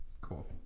Cool